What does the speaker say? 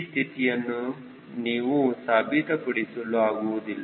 ಈ ಸ್ಥಿತಿಯನ್ನು ನೀವು ಸಾಬೀತುಪಡಿಸಲು ಆಗುವುದಿಲ್ಲ